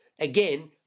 Again